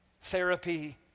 therapy